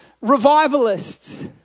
revivalists